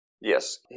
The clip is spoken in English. yes